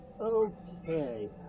Okay